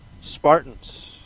Spartans